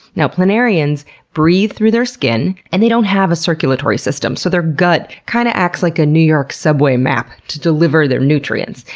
you know planarians breathe through their skin, and they don't have a circulatory system so their gut kind of acts like a new york subway map to deliver their nutrients.